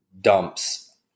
dumps